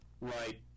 right